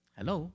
Hello